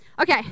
Okay